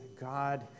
God